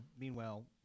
Meanwhile